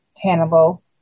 Hannibal